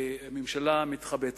ממשלה מתחבטת.